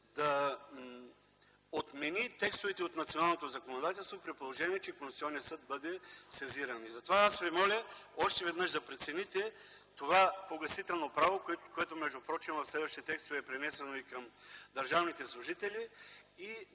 да отмени текстовете от националното законодателство, при положение че ще бъде сезиран. Затова ви моля още веднъж да прецените това погасително право, което в следващи текстове е пренесено и към държавните служители,